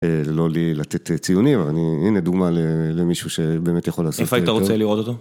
לא לי לתת ציונים, הנה דוגמא למישהו שבאמת יכול לעשות את זה. איפה היית רוצה לראות אותו?